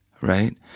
right